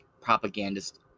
propagandist